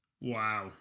Wow